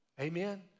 Amen